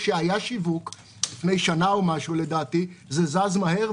כשהיה שיווק לפני כשנה זה זז מהר,